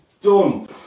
done